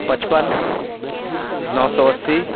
پچپن نو سو اسّی